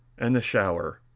and the shower,